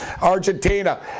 Argentina